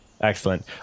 Excellent